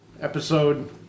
episode